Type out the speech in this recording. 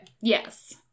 Yes